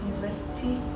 University